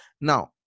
Now